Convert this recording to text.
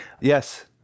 Yes